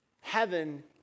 Heaven